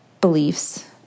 beliefs